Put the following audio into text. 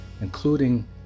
including